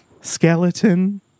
skeleton